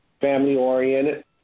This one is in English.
family-oriented